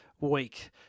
week